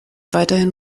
weiterhin